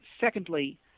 secondly